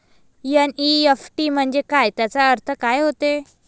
NEFT म्हंजे काय, त्याचा अर्थ काय होते?